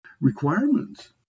requirements